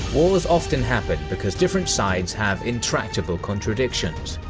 wars often happen because different sides have intractable contradictions,